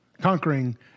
conquering